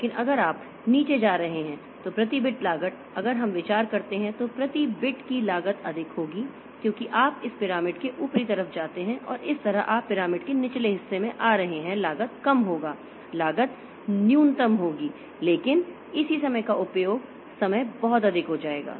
लेकिन अगर आप नीचे जा रहे हैं तो प्रति बिट लागत अगर हम विचार करते हैं तो प्रति बिट की लागत अधिक होगी क्योंकि आप इस पिरामिड के ऊपरी तरफ जाते हैं और इस तरह आप पिरामिड के निचले हिस्से में आ रहे हैं लागत कम होगा लागत न्यूनतम होगी लेकिन इसी समय का उपयोग समय बहुत अधिक हो जाएगा